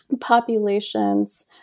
populations